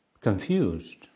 confused